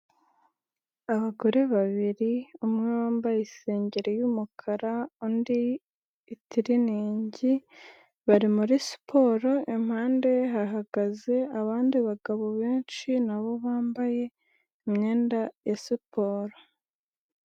Abagore babiri umwe wambaye isengeri y'umukara, undi itiriningi bari muri siporo, impande hahagaze abandi bagabo benshi na bo bambaye imyenda ya siporo.